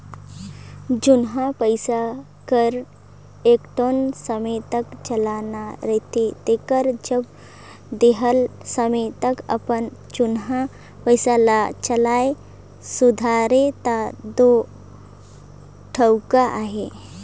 जुनहा पइसा कर एगोट समे तक चलन रहथे तेकर जब देहल समे तक अपन जुनहा पइसा ल चलाए सुधारे ता दो ठउका अहे